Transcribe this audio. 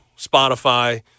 Spotify